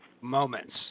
moments